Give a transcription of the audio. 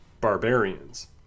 barbarians